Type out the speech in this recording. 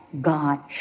God